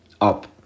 up